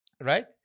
Right